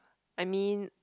I mean